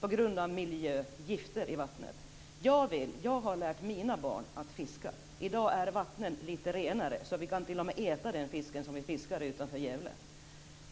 på grund av miljögifter i vattnet. Jag har lärt mina barn att fiska. I dag är vattnen litet renare. Vi kan t.o.m. äta den fisk vi fiskar utanför Gävle.